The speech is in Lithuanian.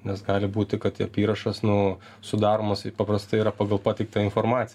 nes gali būti kad apyrašas nu sudaromas i paprastai yra pagal pateiktą informaciją